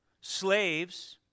slaves